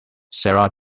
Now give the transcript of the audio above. sarah